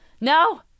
no